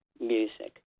music